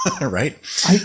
right